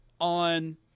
on